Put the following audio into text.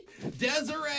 Desiree